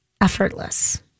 effortless